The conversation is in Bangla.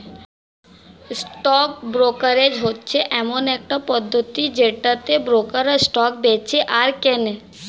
স্টক ব্রোকারেজ হচ্ছে এমন একটা পদ্ধতি যেটাতে ব্রোকাররা স্টক বেঁচে আর কেনে